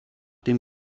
dem